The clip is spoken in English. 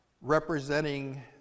representing